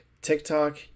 TikTok